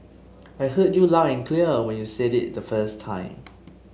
I heard you loud and clear when you said it the first time